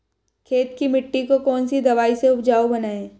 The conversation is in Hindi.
खेत की मिटी को कौन सी दवाई से उपजाऊ बनायें?